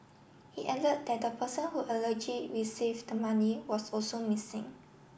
he added that the person who allergy received the money was also missing